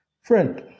Friend